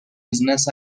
business